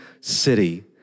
city